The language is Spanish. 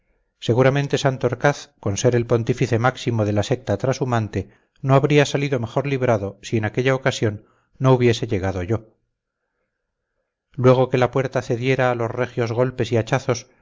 seguramente santorcaz con ser el pontífice máximo de la secta trashumante no habría salido mejor librado si en aquella ocasión no hubiese llegado yo luego que la puerta cediera a los recios golpes y hachazos